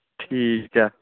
ਠੀਕ ਹੈ